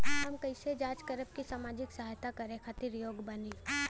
हम कइसे जांच करब की सामाजिक सहायता करे खातिर योग्य बानी?